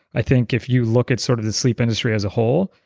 i think if you look at sort of the sleep industry as a whole,